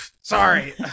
sorry